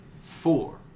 four